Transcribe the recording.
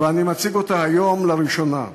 ואני מציג אותה היום לראשונה.